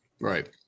Right